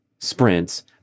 sprints